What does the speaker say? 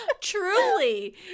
truly